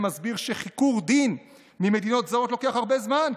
ומסביר שחיקור דין ממדינות זרות לוקח הרבה זמן,